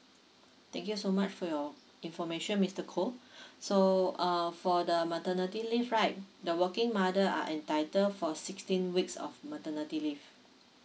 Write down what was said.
thank you so much for your information mister koh so uh for the maternity leave right the working mother are entitled for sixteen weeks of maternity leave